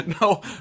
No